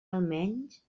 almenys